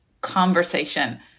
conversation